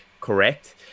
correct